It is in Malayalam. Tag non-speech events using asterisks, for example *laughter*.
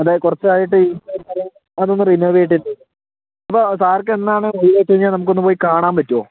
അത് കുറച്ചായിട്ട് *unintelligible* അതൊന്ന് റിനോവേറ്റ് ചെയ്തിട്ട് അപ്പോൾ സാർ ക്ക് എന്നാണ് ഒഴിവ് വെച്ച് കഴിഞ്ഞാൽ നമുക്കൊന്ന് പോയി കാണാൻ പറ്റുവോ